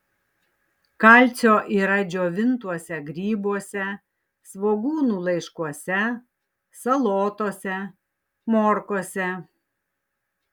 kalcio yra džiovintuose grybuose svogūnų laiškuose salotose morkose